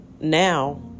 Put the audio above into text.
now